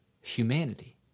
humanity